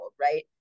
right